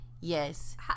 yes